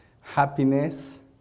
happiness